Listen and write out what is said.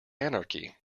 anarchy